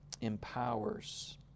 empowers